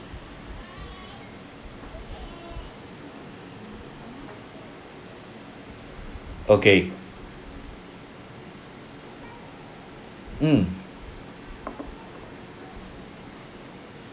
okay mm